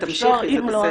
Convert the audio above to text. את תמשיכי, זה בסדר.